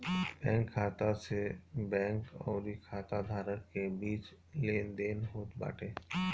bank खाता से bank अउरी खाता धारक के बीच लेनदेन होत बाटे